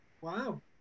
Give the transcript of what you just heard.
Wow